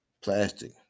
Plastic